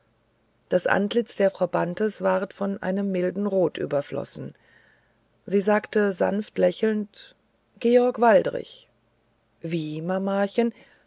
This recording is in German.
das antlitz der frau bantes ward von einem milden rot überflogen sie sagte sanft lächelnd georg waldrich wie